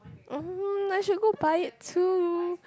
um I should go buy it too